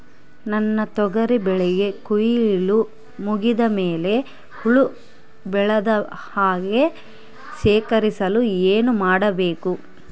ನನ್ನ ತೊಗರಿ ಬೆಳೆಗೆ ಕೊಯ್ಲು ಮುಗಿದ ಮೇಲೆ ಹುಳು ಬೇಳದ ಹಾಗೆ ಶೇಖರಿಸಲು ಏನು ಮಾಡಬೇಕು?